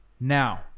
Now